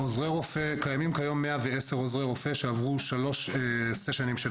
קיימים כיום 110 עוזרי רופא שעברו שלושה סשנים של